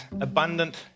abundant